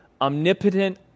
omnipotent